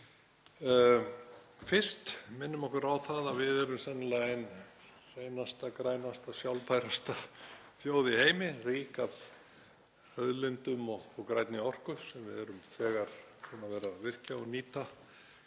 Fyrst: Minnum okkur á það að við erum sennilega ein grænasta, sjálfbærasta þjóð í heimi, rík af auðlindum og grænni orku sem við erum þegar búin að vera að virkja og nýta